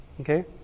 Okay